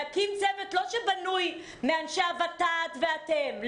להקים צוות לא שבנוי מאנשי הוות"ת ואתם.